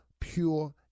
pure